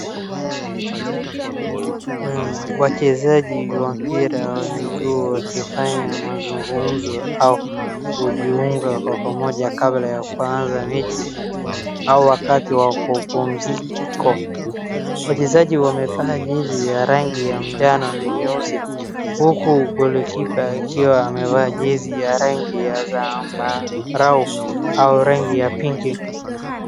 Wachezaji wa mpira wa miguu wakifanya mazungumzo au kujiunga kwa pamoja kabla ya kuanza mechi au wakati wa upumziko. Wachezaji wamevaa jezi ya rangi ya njano na nyeusi, huku goal keeper akiwa amevaa jezi ya rangi ya zambarau au rangi ya pinki.